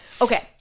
Okay